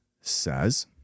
says –